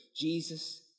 Jesus